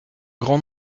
grand